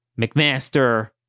McMaster